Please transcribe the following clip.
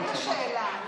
זאת השאלה.